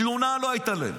תלונה לא הייתה להם.